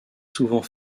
souvent